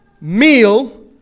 meal